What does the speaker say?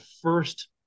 first